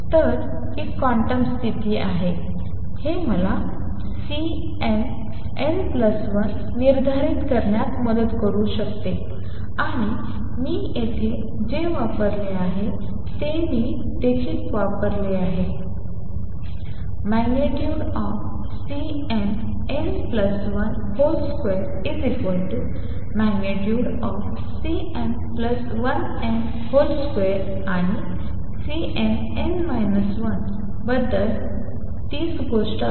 तर ही क्वांटम स्थिती आहे आणि हे मला Cnn1 निर्धारित करण्यात मदत करू शकते आणि मी येथे जे वापरले आहे ते मी देखील वापरले आहे Cnn12।Cn1n ।2आणि Cnn 1बद्दल तीच गोष्ट